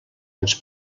ens